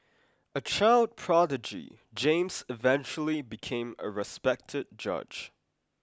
a child prodigy James eventually became a respected judge